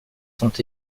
sont